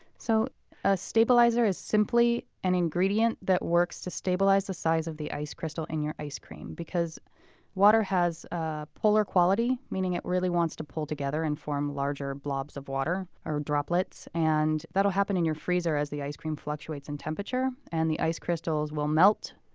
so a stabilizer is simply an ingredient that works to stabilize the size of the ice crystal in your ice cream, because water has a polar quality, meaning it really wants to pull together and form larger blobs of water or droplets. and that'll happen in your freezer as the ice cream fluctuates in temperature, and the ice crystals will melt,